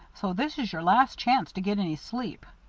so this is your last chance to get any sleep.